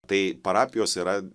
tai parapijos yra